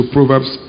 Proverbs